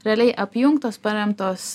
realiai apjungtos paremtos